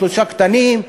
שלושה קטנים.